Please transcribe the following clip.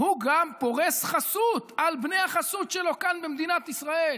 הוא פורס חסות גם על בני החסות שלו כאן במדינת ישראל.